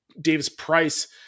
Davis-Price